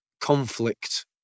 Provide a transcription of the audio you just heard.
conflict